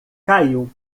caiu